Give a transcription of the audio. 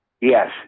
yes